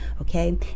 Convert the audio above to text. Okay